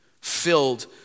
filled